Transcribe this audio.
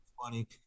funny